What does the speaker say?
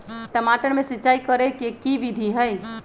टमाटर में सिचाई करे के की विधि हई?